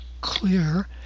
clear